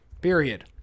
period